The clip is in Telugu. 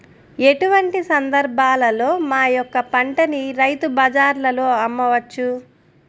ఎటువంటి సందర్బాలలో మా యొక్క పంటని రైతు బజార్లలో అమ్మవచ్చు?